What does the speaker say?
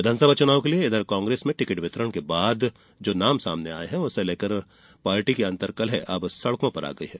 विधानसभा चुनाव के लिए इधर कांग्रेस में टिकट वितरण के बाद जो नाम सामने आये उसे लेकर पार्टी की अंतर्कलह अब सडकों पर आ गया है